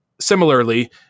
similarly